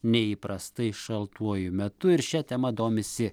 neįprastai šaltuoju metu ir šia tema domisi